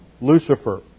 Lucifer